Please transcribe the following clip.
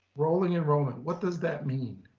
rolling enrollment. what does that mean?